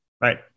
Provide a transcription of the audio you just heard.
Right